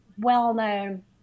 well-known